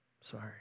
sorry